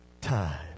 time